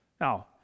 Now